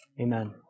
Amen